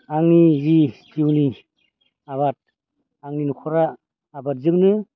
आंनि जि जिउनि आबाद आंनि न'खरा आबादजोंनो